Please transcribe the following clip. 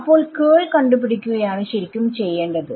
അപ്പോൾ കേൾ കണ്ട് പിടിക്കുകയാണ് ശരിക്കും ചെയ്യേണ്ടത്